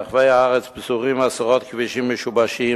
ברחבי הארץ פזורים עשרות כבישים משובשים,